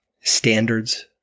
standards